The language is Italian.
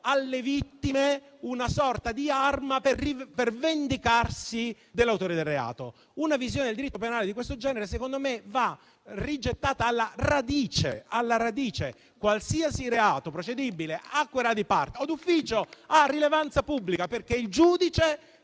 alle vittime un'arma per vendicarsi dell'autore del reato. Una visione del diritto penale di questo genere, secondo me, va rigettata alla radice: qualsiasi reato, che sia procedibile a querela di parte o d'ufficio, ha rilevanza pubblica, perché il giudice